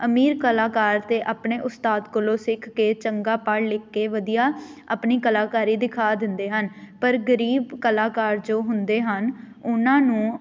ਅਮੀਰ ਕਲਾਕਾਰ ਤਾਂ ਆਪਣੇ ਉਸਤਾਦ ਕੋਲੋਂ ਸਿੱਖ ਕੇ ਚੰਗਾ ਪੜ੍ਹ ਲਿਖ ਕੇ ਵਧੀਆ ਆਪਣੀ ਕਲਾਕਾਰੀ ਦਿਖਾ ਦਿੰਦੇ ਹਨ ਪਰ ਗਰੀਬ ਕਲਾਕਾਰ ਜੋ ਹੁੰਦੇ ਹਨ ਉਹਨਾਂ ਨੂੰ